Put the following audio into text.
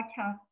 podcasts